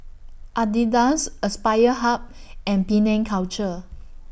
Adidas Aspire Hub and Penang Culture